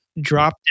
drop